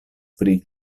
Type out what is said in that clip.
pri